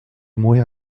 mourir